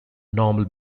normal